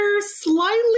slightly